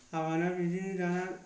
हाबाना बिदिनो दाना